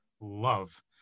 love